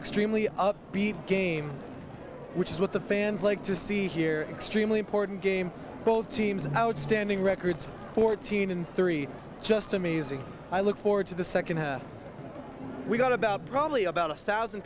extremely upbeat game which is what the fans like to see here extremely important game both teams outstanding records fourteen and three just amazing i look forward to the second half we got about probably about a thousand